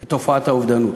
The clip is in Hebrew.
את תופעת האובדנות.